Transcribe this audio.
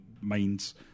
minds